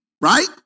right